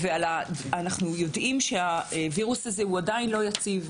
אנחנו יודעים שהווירוס הזה הוא עדיין לא יציב.